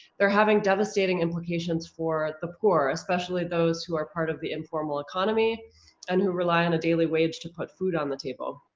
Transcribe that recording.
they're having devastating implications for the poor, especially those who are part of the informal economy and who rely on a daily wage to put food on the table.